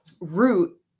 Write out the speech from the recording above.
root